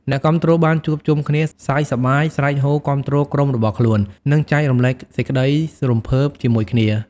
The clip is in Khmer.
អ្នកគាំទ្របានជួបជុំគ្នា សើចសប្បាយ ស្រែកហ៊ោគាំទ្រក្រុមរបស់ខ្លួន និងចែករំលែកសេចក្តីរំភើបជាមួយគ្នា។